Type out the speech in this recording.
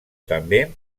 també